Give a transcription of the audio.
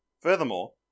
Furthermore